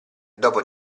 dopo